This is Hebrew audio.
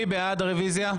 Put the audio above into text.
מי בעד הרוויזיה?